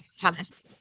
Thomas